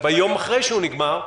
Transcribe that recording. ביום אחרי שהוא נגמר,